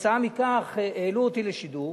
וכתוצאה מכך העלו אותי לשידור